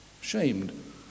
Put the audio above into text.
Shamed